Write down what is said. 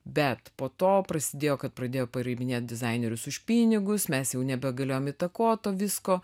bet po to prasidėjo kad pradėjo priiminėt dizainerius už pinigus mes jau nebegalėjom įtakot to visko